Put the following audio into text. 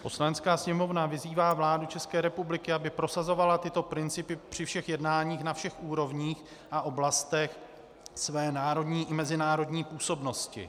Poslanecká sněmovna vyzývá vládu České republiky, aby prosazovala tyto principy při všech jednáních na všech úrovních a oblastech své národní i mezinárodní působnosti.